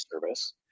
service